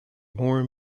more